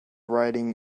riding